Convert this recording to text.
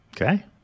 Okay